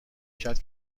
کرد